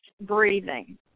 breathing